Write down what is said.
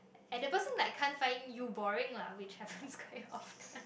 and the person like can't find you boring lah which happens quite often